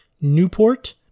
Newport